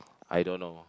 I don't know